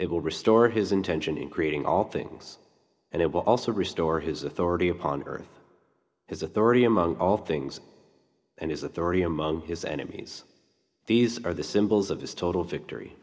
it will restore his intention in creating all things and it will also restore his authority upon earth his authority among all things and his authority among his enemies these are the symbols of his total victory